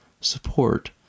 support